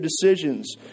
decisions